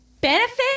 Benefit